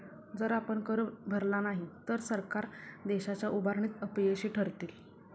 जर आपण कर भरला नाही तर सरकार देशाच्या उभारणीत अपयशी ठरतील